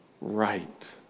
right